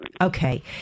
Okay